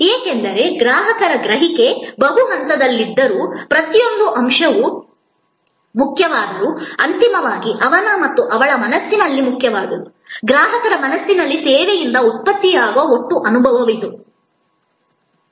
ಏಕೆಂದರೆ ಗ್ರಾಹಕರ ಗ್ರಹಿಕೆ ಬಹು ಹಂತದಲ್ಲಿದ್ದರೂ ಪ್ರತಿಯೊಂದು ಅಂಶವೂ ಮುಖ್ಯವಾದರೂ ಅಂತಿಮವಾಗಿ ಅವನ ಅಥವಾ ಅವಳ ಮನಸ್ಸಿನಲ್ಲಿ ಮುಖ್ಯವಾದುದು ಗ್ರಾಹಕರ ಮನಸ್ಸಿನಲ್ಲಿ ಸೇವೆಯಿಂದ ಉತ್ಪತ್ತಿಯಾಗುವ ಒಟ್ಟು ಅನುಭವ ಈ ಚೇತರಿಕೆ ಕಾರ್ಯವಿಧಾನಗಳು ಮತ್ತು ಅನಿರೀಕ್ಷಿತ ಸಂದರ್ಭಗಳನ್ನು ನಾವು ಸ್ವಲ್ಪ ಸಮಯದ ನಂತರ ಚರ್ಚಿಸುತ್ತೇವೆ